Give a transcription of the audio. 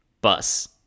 bus